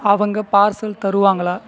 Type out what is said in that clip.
அவங்கள் பார்சல் தருவாங்களா